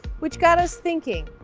which got us thinking,